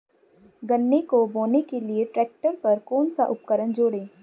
गन्ने को बोने के लिये ट्रैक्टर पर कौन सा उपकरण जोड़ें?